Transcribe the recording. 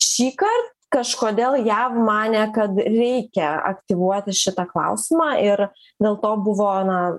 šįkart kažkodėl jav manė kad reikia aktyvuoti šitą klausimą ir dėl to buvo na